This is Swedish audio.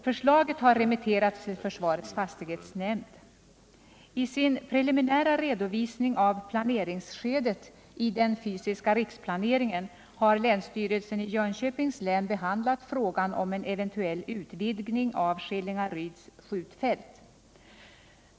Förslaget har remitterats till försvarets fastighetsnämnd. I sin preliminära redovisning av planeringsskedet i den fysiska riksplaneringen har länsstyrelsen i Jönköpings län behandlat frågan om en eventuell utvidgning av Skillingaryds skjutfält.